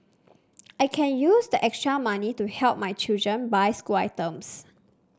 I can use the extra money to help my children buy school items